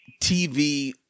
TV